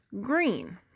green